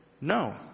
no